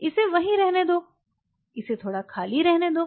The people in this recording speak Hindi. इसे वहीं रहने दो इसे थोड़ा खाली रहने दो